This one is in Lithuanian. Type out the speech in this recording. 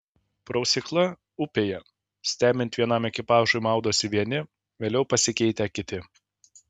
prausykla upėje stebint vienam ekipažui maudosi vieni vėliau pasikeitę kiti